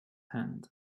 hand